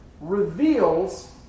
reveals